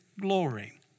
glory